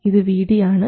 ഇത് Vd ആണ്